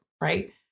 Right